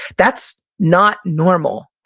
that's not normal.